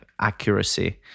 accuracy